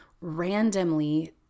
randomly